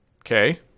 Okay